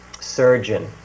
surgeon